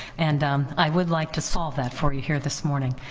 and i would like to solve that for you here this morning.